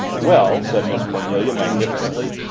well said miss cornelia magnificently,